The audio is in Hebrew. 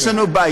יש לנו בעיה,